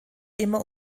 immer